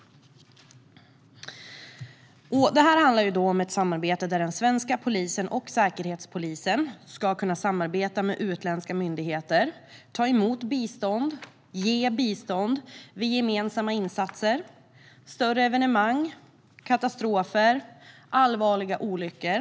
Den svenska polisen och Säkerhetspolisen ska då kunna samarbeta med utländska myndigheter och ta emot bistånd och ge bistånd vid gemensamma insatser, större evenemang, katastrofer och allvarliga olyckor.